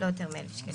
לא יותר מ-1,000 שקלים.